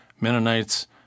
Mennonites